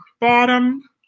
bottom